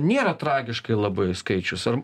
nėra tragiškai labai skaičius ar